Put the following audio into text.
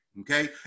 okay